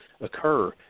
occur